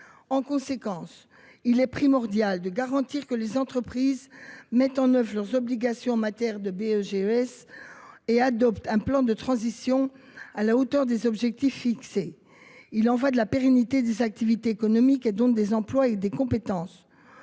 En conséquence, il est primordial de garantir que les entreprises mettent en oeuvre leurs obligations en matière de Beges et adoptent un plan de transition à la hauteur des objectifs fixés. Il y va de la pérennité des activités économiques, et donc des emplois et des compétences.